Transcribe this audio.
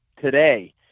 today